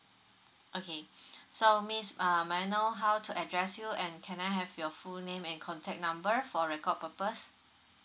okay so miss uh may I know how to address you and can I have your full name and contact number for record purpose